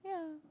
yeah